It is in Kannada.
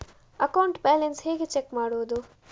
ಅಕೌಂಟ್ ಬ್ಯಾಲೆನ್ಸ್ ಹೇಗೆ ಚೆಕ್ ಮಾಡುವುದು?